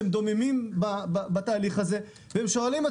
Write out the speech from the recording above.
שהם דוממים בתהליך הזה הם שואלים את